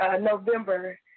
November